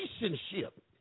relationship